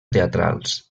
teatrals